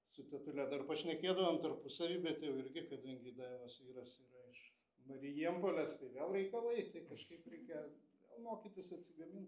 su tetule dar pašnekėdavom tarpusavy bet jau irgi kadangi daivos vyras yra iš marijampolės tai vėl reikalai tai kažkaip reikia vėl mokytis atsigamint